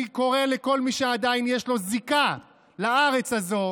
אני קורא לכל מי שעדיין יש לו זיקה לארץ הזאת